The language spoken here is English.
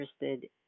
interested